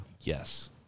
yes